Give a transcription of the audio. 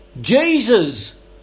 Jesus